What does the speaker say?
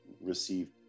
receive